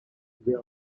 there